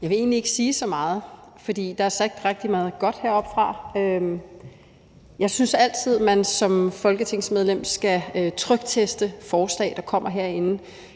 Jeg vil egentlig ikke sige så meget, for der er sagt rigtig meget godt heroppefra. Jeg synes altid, at man som folketingsmedlem skal trykteste forslag, der kommer herinde,